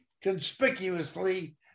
conspicuously